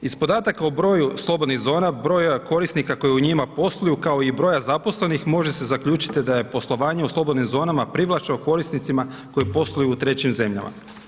Iz podataka o broju slobodnih zona, broj korisnika koji u njima posluju, kao i broja zaposlenih, može se zaključiti da je poslovanje u slobodnim zonama privlačno korisnicima koji posluju u trećim zemljama.